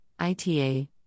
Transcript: ITA